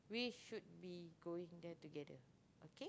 we should be going there together okay